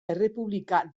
errepublika